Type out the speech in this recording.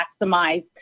maximize